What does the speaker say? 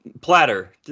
platter